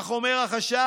כך אומר החשב.